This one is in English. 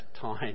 time